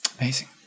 Amazing